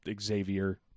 Xavier